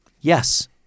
Yes